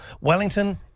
Wellington